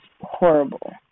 horrible